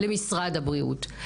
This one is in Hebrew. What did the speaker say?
למשרד הבריאות.